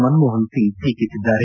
ಮನಮೋಹನ್ಸಿಂಗ್ ಟೀಕಿಸಿದ್ದಾರೆ